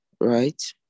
right